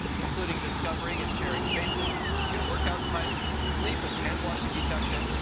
including discovering and sharing faces, new workout types, sleep and handwashing detection,